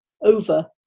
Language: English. over